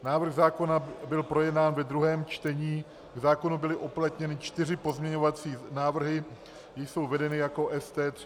Návrh zákona byl projednán ve druhém čtení, k zákonu byly uplatněny čtyři pozměňovací návrhy, jež jsou vedeny jako ST 380/3.